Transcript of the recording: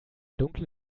dunkle